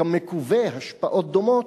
כמקווה, השפעות דומות.